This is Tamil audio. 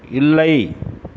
இல்லை